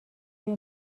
روی